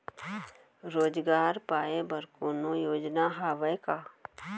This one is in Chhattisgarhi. रोजगार पाए बर कोनो योजना हवय का?